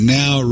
now